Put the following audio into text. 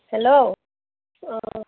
hello অ'